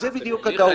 זאת בדיוק הטעות.